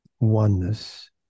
oneness